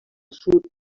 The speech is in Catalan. sud